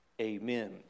amen